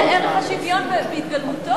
זה ערך השוויון בהתגלמותו.